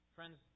Friends